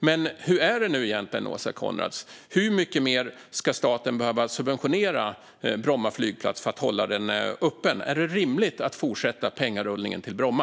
Men hur är det egentligen, Åsa Coenraads? Hur mycket mer ska staten behöva subventionera Bromma flygplats för att hålla den öppen? Är det rimligt att fortsätta pengarullningen till Bromma?